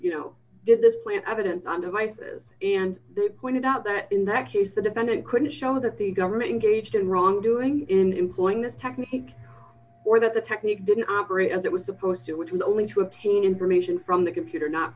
you know did this plant evidence not devices and they pointed out that in that case the defendant couldn't show that the government engaged ringback in wrongdoing in employing this technique or that the technique didn't operate as it was supposed to which was only to obtain information from the computer not